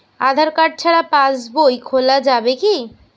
আধার card ছাড়া পাশবই খোলা যাবে কি?